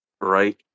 Right